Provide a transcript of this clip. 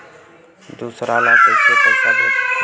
दूसरा ला कइसे पईसा भेजथे?